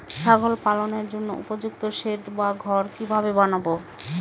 ছাগল পালনের জন্য উপযুক্ত সেড বা ঘর কিভাবে বানাবো?